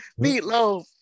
meatloaf